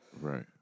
Right